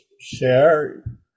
share